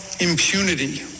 impunity